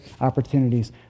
opportunities